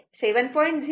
तेव्हा मी हे 7